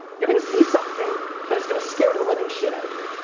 you're going to see something that is going to scare the living shit out of you.